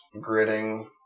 gritting